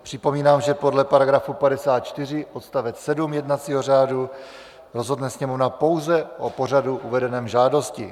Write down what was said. Připomínám, že podle § 54 odst. 7 jednacího řádu rozhodne Sněmovna pouze o pořadu uvedeném v žádosti.